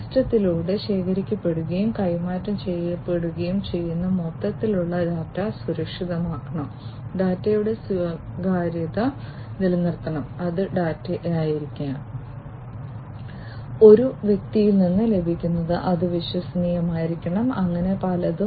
സിസ്റ്റത്തിലൂടെ ശേഖരിക്കപ്പെടുകയും കൈമാറ്റം ചെയ്യപ്പെടുകയും ചെയ്യുന്ന മൊത്തത്തിലുള്ള ഡാറ്റ സുരക്ഷിതമാക്കണം ഡാറ്റയുടെ സ്വകാര്യത നിലനിർത്തണം അത് ഡാറ്റയായിരിക്കണം ഒരു വ്യക്തിയിൽ നിന്ന് ലഭിക്കുന്നത് അത് വിശ്വസനീയമായിരിക്കണം അങ്ങനെ പലതും